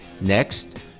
Next